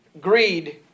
greed